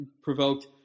provoked